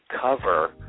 cover